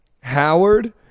Howard